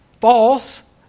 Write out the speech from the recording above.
false